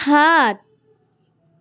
সাত